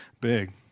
big